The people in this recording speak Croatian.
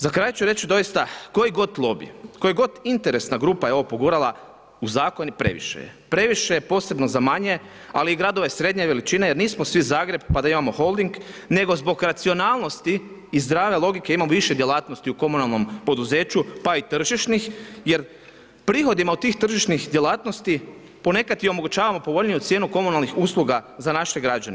Za kraj ću reći doista koji god lobi, koja god interesna grupa je ovo pogurala u zakon je previše, previše je posebno za manje, ali i gradove srednje veličine jer nismo svi Zagreb pa da imamo Holding nego zbog racionalnosti i zdrave logike imamo više djelatnosti u komunalnom poduzeću pa i tržišnih jer prihodima od tih tržišnih djelatnosti ponekad i omogućavamo povoljniju cijenu komunalnih usluga za naše građane.